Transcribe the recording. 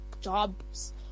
jobs